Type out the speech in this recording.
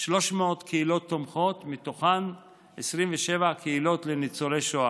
300 קהילות תומכות, מתוכן 27 קהילות לניצולי שואה,